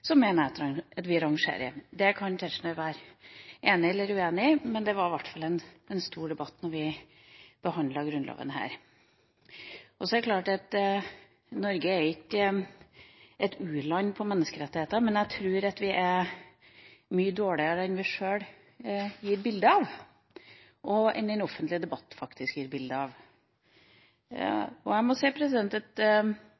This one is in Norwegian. Så er det klart: Norge er ikke et u-land på menneskerettigheter, men jeg tror vi er mye dårligere enn det vi sjøl gir et bilde av, og enn det den offentlige debatten faktisk gir et bilde av.